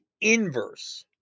inverse